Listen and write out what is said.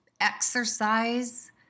exercise